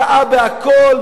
טעה בכול,